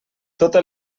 tota